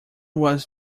was